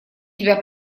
тебя